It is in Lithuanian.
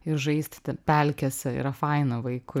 ir žaisti ten pelkėse yra faina vaikui